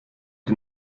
ihr